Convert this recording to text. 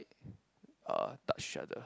uh touch each other